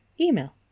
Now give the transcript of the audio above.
email